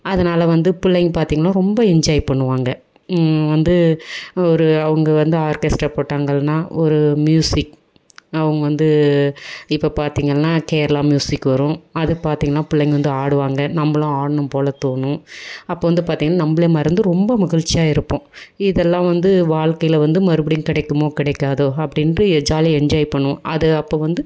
அதனால் வந்து பிள்ளைங்க பார்த்திங்கன்னா ரொம்ப என்ஜாய் பண்ணுவாங்க வந்து ஒரு அவங்க வந்து ஆர்கெஸ்ட்ரா போட்டாங்கள்னா ஒரு ம்யூசிக் அவங்க வந்து இப்போ பார்த்திங்கன்னா கேரளா ம்யூசிக் வரும் அதுக்கு பார்த்திங்கன்னா பிள்ளைங்க வந்து ஆடுவாங்க நம்மளும் ஆடணும் போல் தோணும் அப்போ வந்து பார்த்திங்கன்னா நம்மள மறந்து ரொம்ப மகிழ்ச்சியாக இருப்போம் இதெல்லாம் வந்து வாழ்க்கையில் வந்து மறுபடியும் கிடைக்குமோ கிடைக்காதோ அப்படின்ட்டு ஏ ஜாலி என்ஜாய் பண்ணுவோம் அது அப்போ வந்து